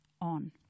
on